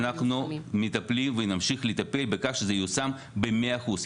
אנחנו מטפלים ונמשיך לטפל על כך שזה ייושם במאה אחוז,